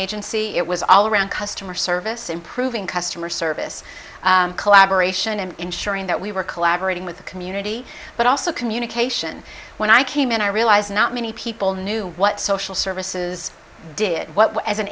agency it was all around customer service improving customer service collaboration and ensuring that we were collaborating with the community but also communication when i came in i realize not many people knew what social services did what we as an